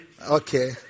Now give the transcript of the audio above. Okay